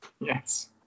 yes